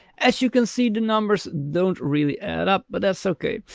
as you can see, the numbers don't really add up. but that's okay.